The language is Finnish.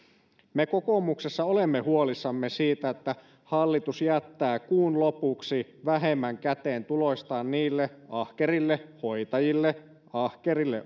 me kokoomuksessa olemme huolissamme siitä että hallitus jättää kuun lopuksi vähemmän käteen tuloista niille ahkerille hoitajille ahkerille